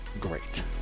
great